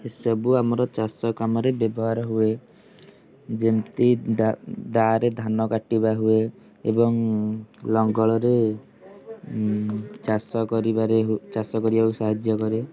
ଏ ସବୁ ଆମର ଚାଷ କାମରେ ବ୍ୟବହାର ହୁଏ ଯେମିତି ଦାଆ ଦାଆରେ ଧାନ କାଟିବା ହୁଏ ଏବଂ ଲଙ୍ଗଳରେ ଚାଷ କରିବାରେ ହୁ ଚାଷ କରିବାକୁ ସାହାଯ୍ୟ କରେ